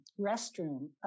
restroom